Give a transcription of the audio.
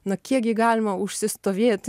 na kiekgi galima užsistovėt